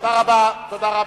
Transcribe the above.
תודה רבה.